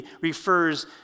refers